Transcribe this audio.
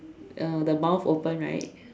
uh the mouth open right